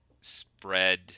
spread